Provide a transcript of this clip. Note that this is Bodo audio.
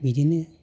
बिदिनो